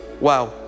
Wow